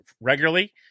regularly